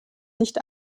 nicht